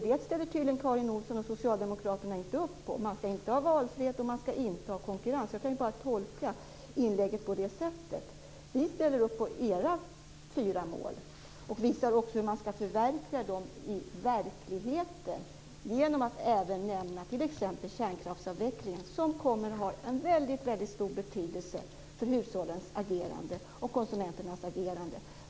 Det ställer Karin Olsson och socialdemokraterna tydligen inte upp på - man skall inte ha valfrihet och det skall inte vara konkurrens. Jag kan faktiskt bara tolka inlägget på det sättet. Vi ställer upp på era fyra mål och visar också på hur de i verkligheten kan genomföras. Det handlar då om att även nämna t.ex. kärnkraftsavvecklingen, som kommer att ha mycket stor betydelse för hushållens och konsumenternas agerande.